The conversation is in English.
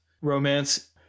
romance